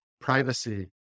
privacy